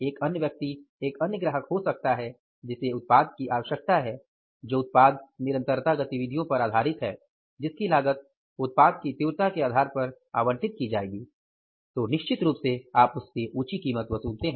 एक अन्य व्यक्ति एक अन्य ग्राहक हो सकता है जिसे उत्पाद की आवश्यकता है जो उत्पाद निरंतरता गतिविधियों पर आधारित है जिसकी लागत उत्पाद की तीव्रता के आधार पर आवंटित की जाएगी तो निश्चित रूप से आप उससे ऊँची कीमत वसूलते हैं